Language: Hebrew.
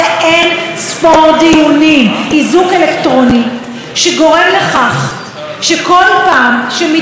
שגורם לכך שכל פעם שמתקרב הגבר המאיים,